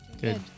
Good